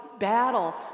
battle